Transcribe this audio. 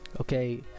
okay